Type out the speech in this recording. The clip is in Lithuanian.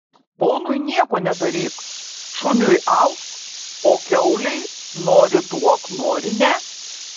ponui nieko nedaryk šuniui ausk o kiaulei nori duok nori ne